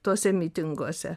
tuose mitinguose